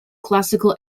classical